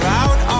out